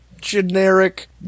generic